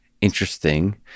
interesting